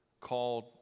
called